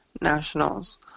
nationals